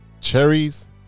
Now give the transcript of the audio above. cherries